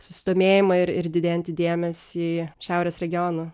susidomėjimą ir ir didėjantį dėmesį šiaurės regionu